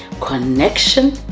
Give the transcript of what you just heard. connection